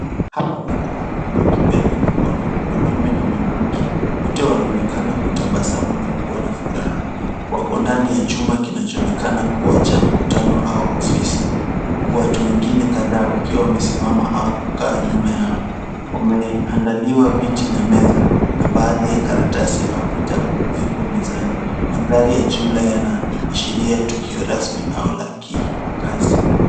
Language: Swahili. Hawa watu wawili wakipeana mikono mwanamume na mwanamke, wote wanonekana kutabasamu na kuwa na furaha. Wako ndani ya chumba kinachoonekana kuwa cha mkutano au ofisi, huku watu wengine kadha wakiwa wamesimama au kukaa nyuma yao. Wameandaliwa viti na meza na baadhi ya karatasi au vitabu vipo mezani. Mandhari ya jumla yanaashiria tukio rasmi au la kikazi.